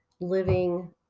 living